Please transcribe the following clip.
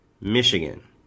michigan